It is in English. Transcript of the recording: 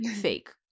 fake